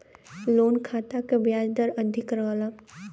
loan खाता क ब्याज दर अधिक रहला